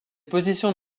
positions